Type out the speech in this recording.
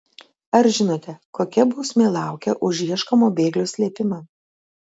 ar žinote kokia bausmė laukia už ieškomo bėglio slėpimą